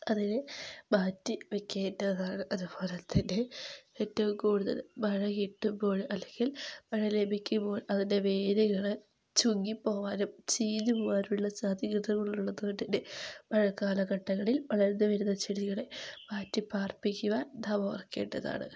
അതിനെ മാറ്റി വയ്ക്കേണ്ടതാണ് അതുപോലെതന്നെ ഏറ്റവും കൂടുതൽ മഴ കിട്ടുമ്പോൾ അല്ലെങ്കിൽ മഴ ലഭിക്കുമ്പോൾ അതിന്റെ വേരുകൾ ചുങ്ങി പോകാനും ചീഞ്ഞു പോകാനുള്ള സാധ്യതകൾ ഉള്ളതുകൊണ്ട് തന്നെ മഴക്കാലഘട്ടങ്ങളിൽ വളർന്ന് വരുന്ന ചെടികളെ മാറ്റി പാർപ്പിക്കുവാൻ നാം ഓർക്കേണ്ടതാണ്